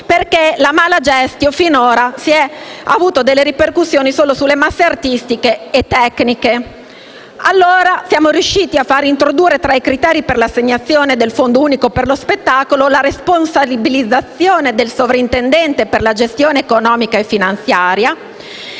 perché la *mala gestio*, finora, ha avuto ripercussioni solo sulle masse artistiche e tecniche. Siamo riusciti a far introdurre tra i criteri per l'assegnazione del Fondo unico per lo spettacolo la responsabilizzazione del sovrintendente per la gestione economica e finanziaria